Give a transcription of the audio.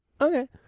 Okay